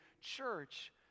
church